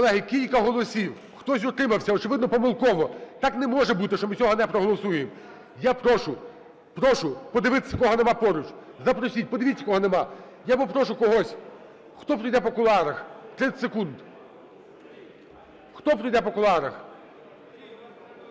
колеги, кілька голосів. Хтось утримався, очевидно помилково. Так не може бути, що ми цього не проголосуємо. Я прошу, прошу подивитися, кого немає поруч. Запросіть, подивіться, кого немає. Я попрошу когось, хто пройде по кулуарах, 30 секунд. Хто пройде по кулуарах?